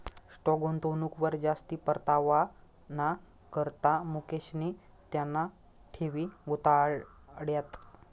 stock गुंतवणूकवर जास्ती परतावाना करता मुकेशनी त्याना ठेवी गुताड्यात